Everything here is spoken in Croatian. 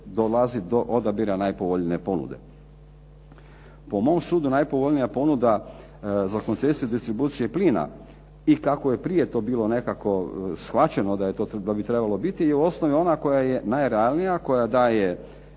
dolazi do odabira najpovoljnije ponude. Po mom sudu, najpovoljnija ponuda za koncesiju distribucije plina i kako je prije to bilo nekako shvaćeno da bi trebalo biti je u osnovi ona koja je najrealnija, koja daje